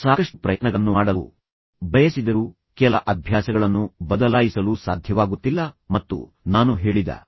ನೀವು ಸಾಕಷ್ಟು ಪ್ರಯತ್ನಗಳನ್ನು ಮಾಡಲು ಬಯಸಿದರೂ ಸಹ ಏಕೆ ನಿಮಗೆ ಕೆಲ ಅಭ್ಯಾಸಗಳನ್ನು ಬದಲಾಯಿಸಲು ಸಾಧ್ಯವಾಗುತ್ತಿಲ್ಲ ಮತ್ತು ನಂತರ ಬೇರೊಬ್ಬರು ಅದನ್ನು ಶೀಘ್ರವಾಗಿ ಬದಲಾಯಿಸಿಕೊಳ್ಳುತ್ತಿದ್ದಾರೆ